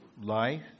Life